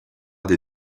des